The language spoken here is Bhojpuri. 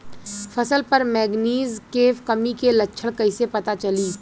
फसल पर मैगनीज के कमी के लक्षण कईसे पता चली?